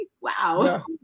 Wow